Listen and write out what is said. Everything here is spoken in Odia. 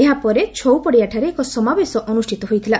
ଏହା ପରେ ଚଉ ପଡ଼ିଆଠାରେ ଏକ ସମାବେଶ ଅନୁଷ୍ଠିତ ହୋଇଥିଲା